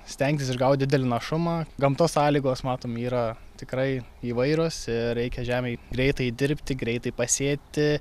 stengsis išgaut didelį našumą gamtos sąlygos matom yra tikrai įvairios ir reikia žemėj greitai dirbti greitai pasėti